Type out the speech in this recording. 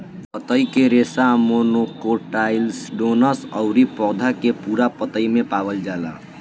पतई के रेशा मोनोकोटाइलडोनस अउरी पौधा के पूरा पतई में पावल जाला